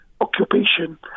occupation